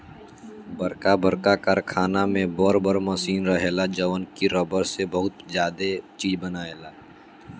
बरका बरका कारखाना में बर बर मशीन रहेला जवन की रबड़ से बहुते ज्यादे चीज बनायेला